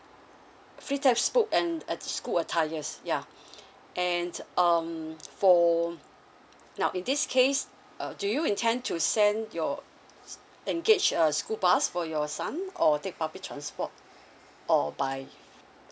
free textbook and school attires yeah and um for now in this case uh do you intend to send your engage a school bus for your son or take public transport or by